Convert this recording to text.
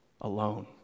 alone